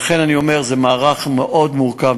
לכן אני אומר שזה מערך מאוד מורכב,